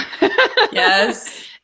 Yes